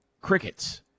crickets